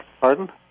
Pardon